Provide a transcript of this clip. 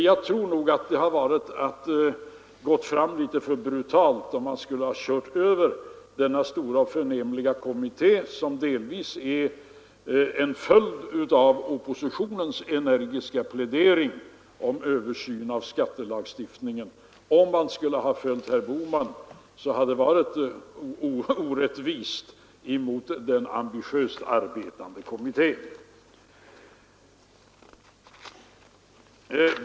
Jag tror nog att det hade varit att gå fram litet för brutalt, om man skulle ha kört över denna stora och förnämliga kommitté, som delvis är en följd av oppositionens energiska plädering för en översyn av skattelagstiftningen. Om man skulle ha följt herr Bohman, hade det varit orättvist mot den ambitiöst arbetande kommittén.